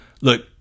Look